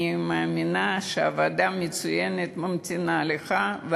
אני מאמינה שעבודה מצוינת ממתינה לך,